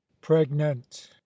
pregnant